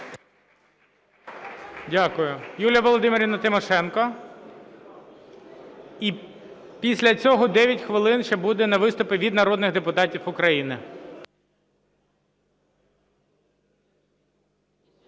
Дякую. Юлія Володимирівна Тимошенко. І після цього 9 хвилин ще будуть на витупи від народних депутатів України.